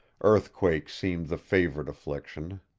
earthquake seemed the favourite affliction,